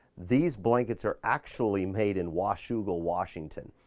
these blankets are actually made in washougal, washington.